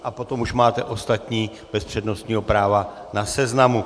A potom už máte ostatní bez přednostního práva na seznamu.